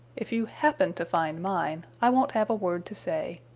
if you happen to find mine, i won't have a word to say.